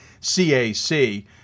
CAC